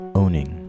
owning